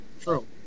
true